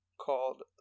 called